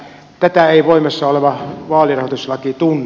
tätä ei voimassa oleva vaalirahoituslaki tunne